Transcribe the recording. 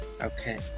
Okay